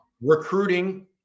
Recruiting